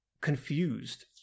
confused